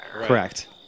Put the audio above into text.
Correct